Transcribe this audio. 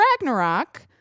Ragnarok